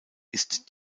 ist